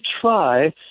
try